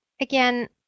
again